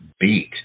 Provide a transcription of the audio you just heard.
beat